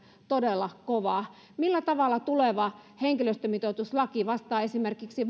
todella kova millä tavalla tuleva henkilöstömitoituslaki vastaa esimerkiksi